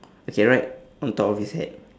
okay right on top of his head